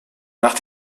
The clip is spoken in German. nach